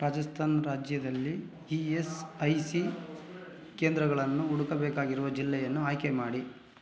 ರಾಜಸ್ಥಾನ್ ರಾಜ್ಯದಲ್ಲಿ E S I C ಕೇಂದ್ರಗಳನ್ನು ಹುಡುಕಬೇಕಾಗಿರುವ ಜಿಲ್ಲೆಯನ್ನು ಆಯ್ಕೆ ಮಾಡಿ